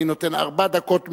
אני נותן ארבע דקות מראש,